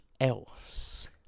else